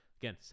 again